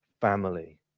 family